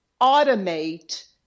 automate